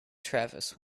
travis